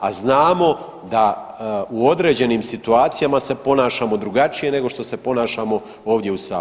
A znamo da u određenim situacijama se ponašamo drugačije nego što se ponašamo ovdje u sabornici.